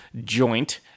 joint